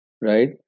right